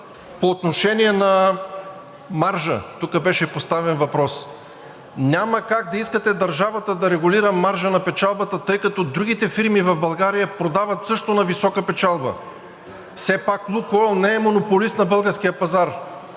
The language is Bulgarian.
по отношение на маржа – тук беше поставен въпрос. Няма как да искате държавата да регулира маржа на печалбата, тъй като другите фирми в България продават също на висока печалба. Все пак „Лукойл“ не е монополист на българския пазар.